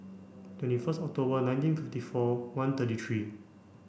twenty first October nineteen fifty four one thirty three